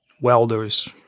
welders